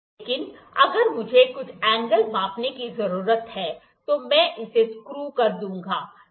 लेकिन अगर मुझे कुछ एंगल मापने की ज़रूरत है तो मैं इसे स्क्रू कर दूंगा